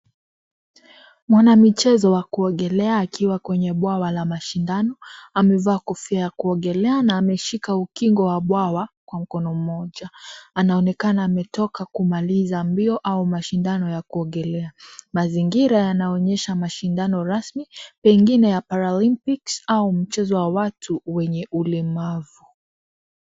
Mwanamchezo wa kuogelea akiwa kwenye bwawa la mashindano amevaa kofia ya kuogelea na ameshika ukingo wa bwawa kwa mkono mmoja. Anaonekana ametoka kumaliza mbio au mashindano ya kuogelea. Mazingira yanaonyesha mashindano rasmi, pengine ya Paralympics au mchezo wa watu wenye ulemavu.